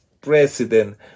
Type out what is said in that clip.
president